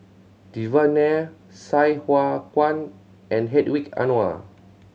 Devan Nair Sai Hua Kuan and Hedwig Anuar